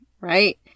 Right